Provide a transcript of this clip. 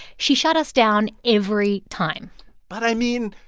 she shut us down every time but, i mean,